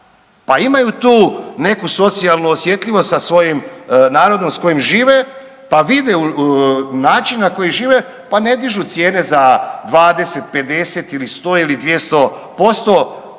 pa imaju tu neku socijalnu osjetljivost sa svojim narodom kojim žive pa vide način na koji žive pa ne dižu cijene za 20, 50 ili 100 ili 200%,